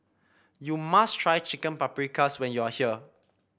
you must try Chicken Paprikas when you are here